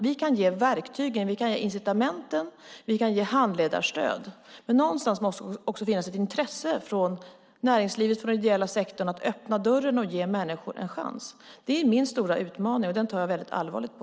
Vi kan ge verktygen, incitamenten och handledarstödet, men någonstans måste det också finnas ett intresse från näringslivet och den ideella sektorn att öppna dörren och ge människor en chans. Det är min stora utmaning, och den ser jag väldigt allvarligt på.